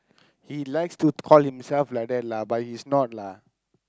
he likes to call himself like that lah but he's not lah